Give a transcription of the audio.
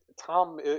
Tom